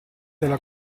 della